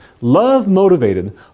love-motivated